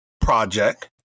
project